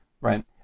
Right